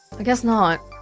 i guess not